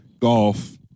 Golf